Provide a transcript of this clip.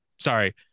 Sorry